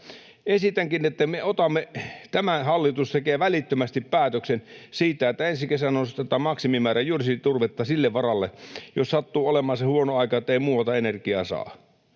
Esitänkin, että tämä hallitus tekee välittömästi päätöksen siitä, että ensi kesänä nostetaan maksimimäärä jyrsinturvetta siltä varalta, jos sattuu olemaan se huono aika, että ei muualta energiaa saa.